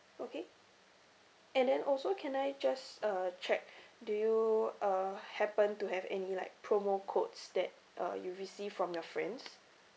okay and then also can I just uh check do you uh happen to have any like promo codes that uh you received from your friends